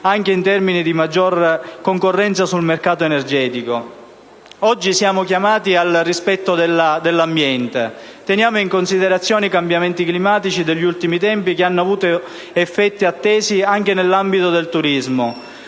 anche in termini di maggior concorrenza sul mercato energetico. Oggi siamo chiamati al rispetto dell'ambiente: teniamo in considerazione i cambiamenti climatici degli ultimi tempi, che hanno avuto effetti attesi anche nell'ambito del turismo.